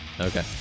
Okay